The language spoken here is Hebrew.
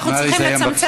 נא לסיים,